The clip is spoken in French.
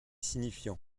signifiant